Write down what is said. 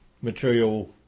material